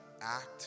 act